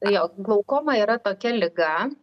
jo glaukoma yra tokia liga